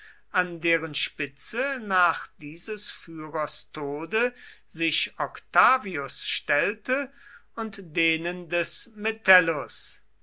an deren spitze nach dieses führers tode sich octavius stellte und denen des metellus